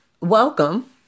Welcome